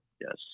yes